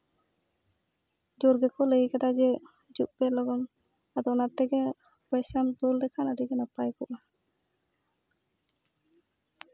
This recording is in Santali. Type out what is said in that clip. ᱡᱳᱨ ᱜᱮᱠᱚ ᱞᱟᱹᱭ ᱠᱟᱫᱟ ᱡᱮ ᱦᱤᱡᱩᱜ ᱯᱮ ᱞᱚᱜᱚᱱ ᱟᱫᱚ ᱚᱱᱟᱛᱮ ᱜᱮ ᱯᱚᱭᱥᱟᱢ ᱠᱳᱞ ᱞᱮᱠᱷᱟᱱ ᱟᱹᱰᱤᱜᱮ ᱱᱟᱯᱟᱭ ᱠᱚᱜᱼᱟ